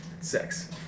sex